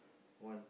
one